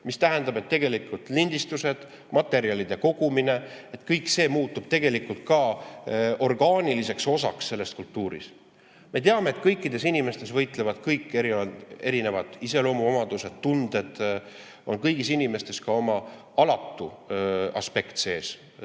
See tähendab, et tegelikult lindistused, materjalide kogumine, kõik see muutub ka orgaaniliseks osaks selles kultuuris. Me teame, et kõikides inimestes võitlevad kõik erinevad iseloomuomadused, tunded, ja kõigis inimestes on ka oma alatu aspekt sees.